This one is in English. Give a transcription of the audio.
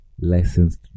licensed